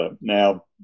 Now